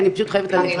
כי אני פשוט חייבת ללכת.